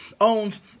owns